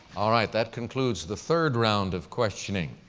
all right, that concludes the third round of questioning.